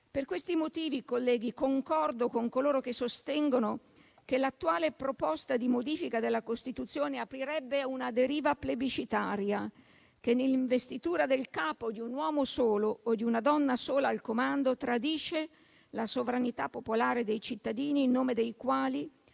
Per questi motivi, colleghi, concordo con coloro che sostengono che l'attuale proposta di modifica della Costituzione aprirebbe una deriva plebiscitaria, che, nell'investitura del capo, di un uomo solo o di una donna sola al comando, tradisce la sovranità popolare dei cittadini, in nome dei quali